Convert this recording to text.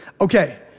Okay